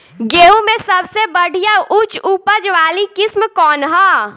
गेहूं में सबसे बढ़िया उच्च उपज वाली किस्म कौन ह?